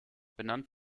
benannt